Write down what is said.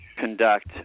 conduct